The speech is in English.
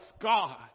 God